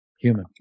Human